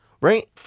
Right